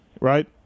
Right